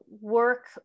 work